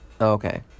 Okay